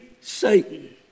Satan